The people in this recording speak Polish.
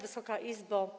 Wysoka Izbo!